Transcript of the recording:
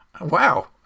Wow